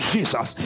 Jesus